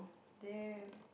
damn